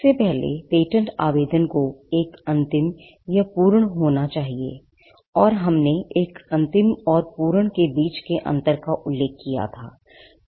सबसे पहले पेटेंट आवेदन को एक अंतिम या पूर्ण होना चाहिए और हमने एक अंतिम और पूर्ण के बीच के अंतर का उल्लेख किया था